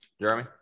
Jeremy